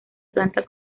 planta